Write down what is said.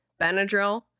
Benadryl